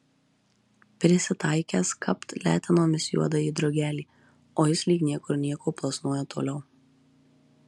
prisitaikęs kapt letenomis juodąjį drugelį o jis lyg niekur nieko plasnoja toliau